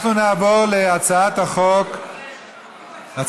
אנחנו נעבור להצעת חוק-יסוד: